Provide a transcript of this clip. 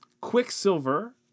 Quicksilver